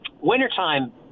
Wintertime